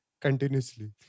continuously